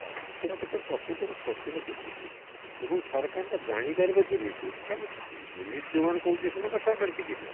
ସ୍ୱାସ୍ଥ୍ୟ ସେବା କ୍ଷେତ୍ରରେ ପ୍ରକୃତରେ ପ୍ରଚୁର ଦୁର୍ନୀତି ହେଉଛି ଏବଂ ସରକାରଙ୍କ ଜାଣିବାରେ ମଧ୍ୟ ଦୁର୍ନୀତି ହେଉଛି କାରଣ ଦୁର୍ନୀତି ଯେଉଁମାନେ କରୁଛନ୍ତି ସେମାନେ ତ ସରକାରୀ ଚାକିରିଆ